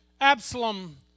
Absalom